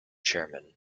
chairman